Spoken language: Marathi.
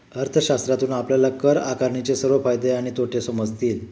अर्थशास्त्रातून आपल्याला कर आकारणीचे सर्व फायदे आणि तोटे समजतील